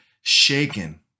shaken